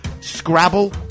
Scrabble